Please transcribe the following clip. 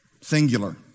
singular